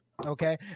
okay